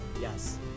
Yes